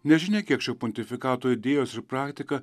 nežinia kiek šio pontifikato idėjos ir praktika